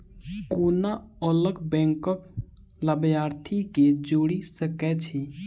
कोना अलग बैंकक लाभार्थी केँ जोड़ी सकैत छी?